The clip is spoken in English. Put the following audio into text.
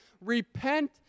Repent